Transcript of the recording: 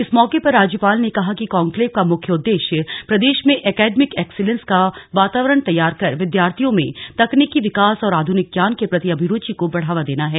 इस मौके पर राज्यपाल ने कहा कि कान्क्लेव का मुख्य उद्देश्य प्रदेश में एकेडमिक एक्सीलेंस का वातावरण तैयार कर विद्याार्थियों में तकनीकी विकास और आधुनिक ज्ञान के प्रति अभिरूचि को बढावा देना है